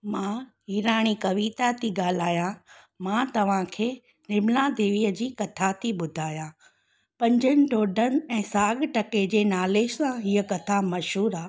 मां हिराणी कविता थी ॻाल्हायां मां तव्हांखे निर्मला देवीअ जी कथा थी ॿुधायां पंजनि ढोढनि ऐं साॻु टके जे नाले सां हीअं कथा मशहूरु आहे